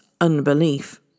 unbelief